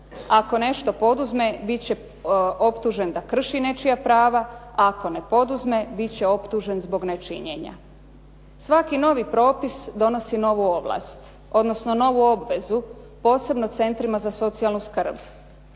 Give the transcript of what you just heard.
Ako nešto poduzme bit će optužen da krši nečija prava, a ako ne poduzme bit će optužen zbog nečinjenja. Svaki novi propis donosi novu ovlast, odnosno novu obvezu, posebno centrima za socijalnu skrb,